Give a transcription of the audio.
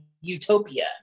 utopia